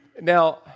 Now